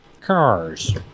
Cars